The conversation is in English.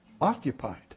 occupied